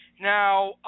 Now